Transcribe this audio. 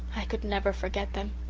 i could never forget them.